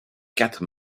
quatre